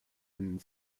and